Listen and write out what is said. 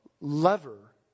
lever